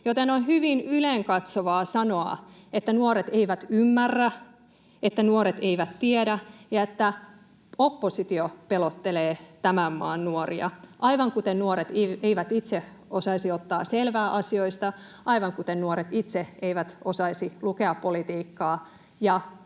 On siis hyvin ylenkatsovaa sanoa, että nuoret eivät ymmärrä, että nuoret eivät tiedä ja että oppositio pelottelee tämän maan nuoria. Aivan kuten nuoret eivät itse osaisi ottaa selvää asioista, aivan kuten nuoret itse eivät osaisi lukea politiikkaa ja